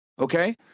Okay